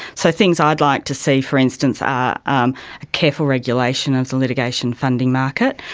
so things i'd like to see, for instance, um um careful regulation of the litigation funding market.